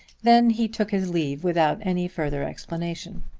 then he took his leave without any further explanation.